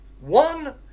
One